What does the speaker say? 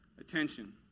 attention